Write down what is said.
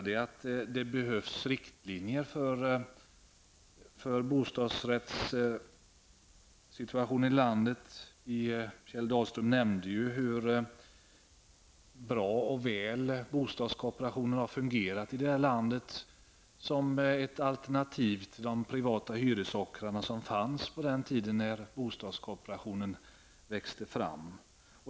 Det behövs riktlinjer för bostadsrättssituationen i landet. Kjell Dahlström nämnde hur bra bostadskooperationen har fungerat i de här landet som ett alternativ till de privata hyresockrarna som fanns på den tiden när bostadskooperationen växte fram.